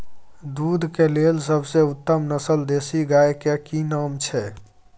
दूध के लेल सबसे उत्तम नस्ल देसी गाय के की नाम छै?